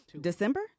December